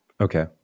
Okay